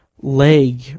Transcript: leg